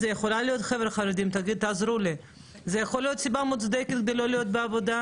זה יכול להיות סיבה מוצדקת כדי לא להיות בעבודה?